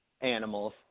animals